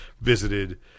visited